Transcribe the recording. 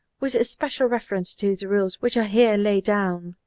with special reference to the rules which are here laid down.